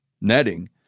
netting